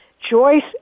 Joyce